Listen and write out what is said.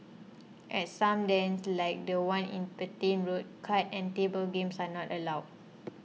at some dens like the one in Petain Road card and table games are not allowed